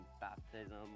baptism